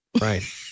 right